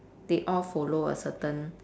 they all follow a certain